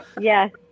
Yes